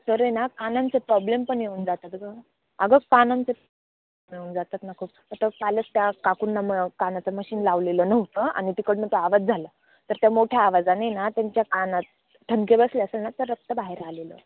तर आहे ना कानांचे प्रॉब्लेम पण येऊन जातातं गं अगं कानांचे येऊन जातात ना खूप कालच त्या काकूंना म कानाचं मशीन लावलेलं नव्हतं आणि तिकडून तो आवाज झाला तर त्या मोठ्या आवाजाने ना त्यांच्या कानात ठणके बसले असेल ना तर रक्त बाहेर आलेलं